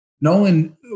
Nolan